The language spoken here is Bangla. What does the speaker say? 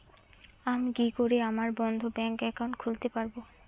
আমি কি করে আমার বন্ধ ব্যাংক একাউন্ট খুলতে পারবো?